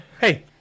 hey